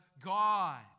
God